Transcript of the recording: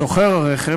סוחר הרכב,